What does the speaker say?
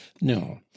no